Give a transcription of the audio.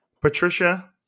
Patricia